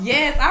Yes